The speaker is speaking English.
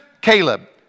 Caleb